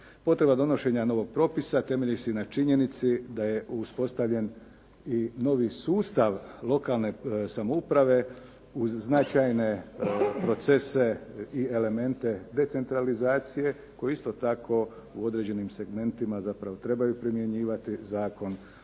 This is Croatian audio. Potreba donošenja novog propisa temelji se i na činjenici da je uspostavljen i novi sustav lokalne samouprave uz značajne procese i elemente decentralizacije koju isto tako u određenim segmentima zapravo trebaju primjenjivati Zakon